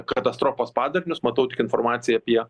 katastrofos padarinius matau tik informaciją apie